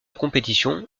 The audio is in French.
compétition